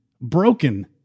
broken